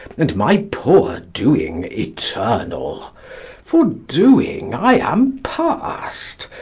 and my poor doing eternal for doing i am past,